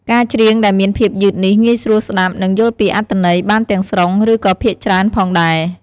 ការច្រៀងដែលមានភាពយឺតនេះ ងាយស្រួលស្តាប់ នឹងយល់ពីអត្ថន័យបានទាំងស្រុង ឬក៏ភាគច្រើនផងដែរ។